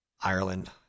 Ireland